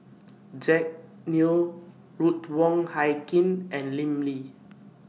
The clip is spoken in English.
Jack Neo Ruth Wong Hie King and Lim Lee